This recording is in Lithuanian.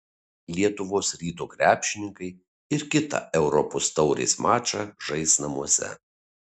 lietuvos ryto krepšininkai ir kitą europos taurės mačą žais namuose